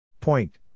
Point